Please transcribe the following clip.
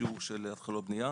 בשיעור של התחלות בנייה.